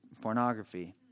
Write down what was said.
pornography